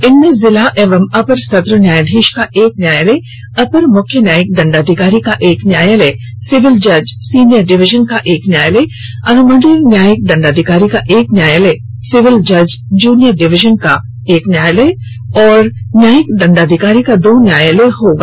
इनमें जिला एवं अपर सत्र न्यायधीश का एक न्यायालय अपर मुख्य न्यायिक दंडाधिकारी का एक न्यायालय सिविल जज सीनियर डिवीजन का एक न्यायालय अनुमंडलीय न्यायिक दंडाधिकारी का एक न्यायालय सिविल जज जुनियर डिवीजन का एक न्यायालय और न्यायिक दंडाधिकारी का दो न्यायालय होगा